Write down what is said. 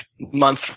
month